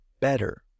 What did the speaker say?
better